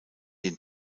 den